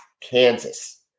Kansas